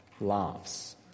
laughs